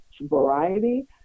variety